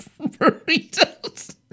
Burritos